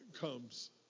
comes